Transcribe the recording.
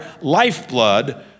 lifeblood